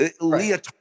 Leah